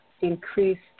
increased